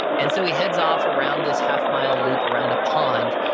and so he heads off around this half mile loop around a pond,